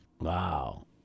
Wow